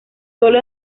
sólo